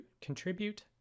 contribute